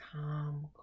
calm